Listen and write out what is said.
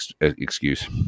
excuse